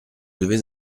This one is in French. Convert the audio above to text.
devez